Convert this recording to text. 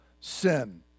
sin